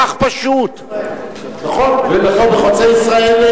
עשינו את זה בחוצה-ישראל.